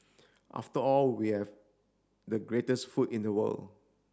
after all we have the greatest food in the world